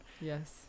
yes